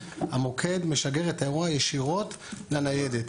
המוקד משגר את האירוע ישירות לניידת.